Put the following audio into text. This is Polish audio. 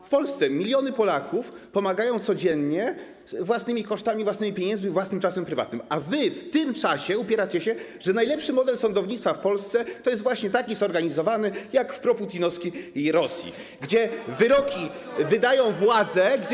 W Polsce miliony Polaków pomagają codziennie własnymi kosztami, własnymi pieniędzmi, własnym czasem prywatnym, a wy w tym czasie upieracie się, że najlepszy model sądownictwa w Polsce to jest właśnie taki zorganizowany, jak w proputinowskiej Rosji, gdzie wyroki wydają władze.